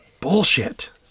Bullshit